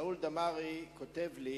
שאול דמארי כותב לי,